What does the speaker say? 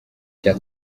cya